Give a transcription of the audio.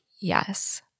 yes